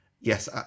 yes